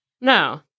no